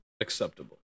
acceptable